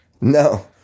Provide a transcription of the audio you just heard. No